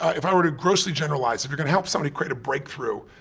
ah if i were to grossly generalize, if you're gonna help somebody create a breakthrough,